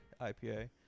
IPA